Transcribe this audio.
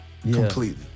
Completely